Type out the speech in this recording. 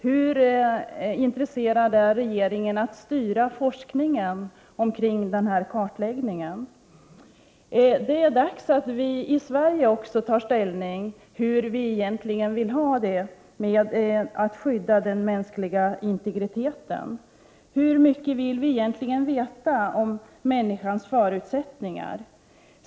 Hur intresserad är regeringen av att styra forskningen kring denna kartläggning? Det är dags att vi också i Sverige tar ställning hur vi egentligen vill skydda den mänskliga integriteten. Hur mycket vill vi egentligen veta om människans förutsättningar?